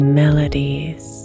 melodies